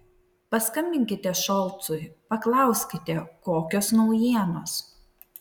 paskambinkite šolcui paklauskite kokios naujienos